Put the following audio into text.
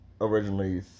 originally